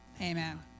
amen